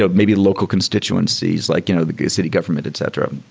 ah maybe local constituencies like you know the city government, etc,